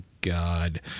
God